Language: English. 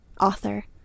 author